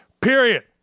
period